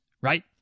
right